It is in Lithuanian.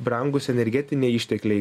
brangūs energetiniai ištekliai